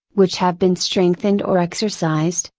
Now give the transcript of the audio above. which have been strengthened or exercised,